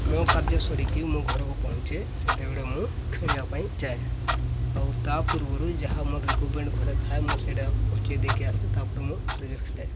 ମୋ କାର୍ଯ୍ୟ ସାରିକି ମୁଁ ଘରକୁ ପହଁଞ୍ଚେ ସେତେବେଳେ ମୁଁ ଖେଳିବା ପାଇଁ ଯାଏ ଆଉ ତା ପୂର୍ବରୁ ଯାହା ମୋର ରିକ୍ୱାର୍ମେଣ୍ଟ୍ ଘରେ ଥାଏ ମୁଁ ସେଇଟା ପହଁଞ୍ଚେଇ ଦେଇକି ଆସେ ତା'ପରେ ମୁଁ କ୍ରିକେଟ୍ ଖେଳେ